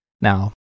Now